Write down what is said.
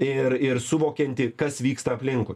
ir ir suvokianti kas vyksta aplinkui